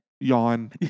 Yawn